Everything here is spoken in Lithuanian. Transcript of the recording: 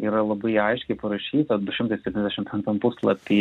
yra labai aiškiai parašyta du šimtai septyniasdešim penktam puslapy